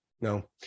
No